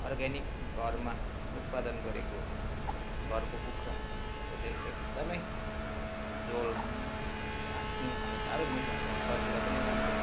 organic घरमा उत्पादन गरेको घरको कुखुराको चाहिँ एकदम झोल भातसँग खानु साह्रो मिठो हुन्छ हो शरीरलाई पनि राम्रो